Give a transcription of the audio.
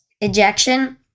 ejection